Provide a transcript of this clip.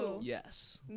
yes